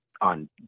on